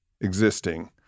existing